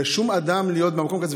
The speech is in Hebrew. לשום אדם להיות במקום כזה,